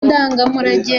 ndangamurage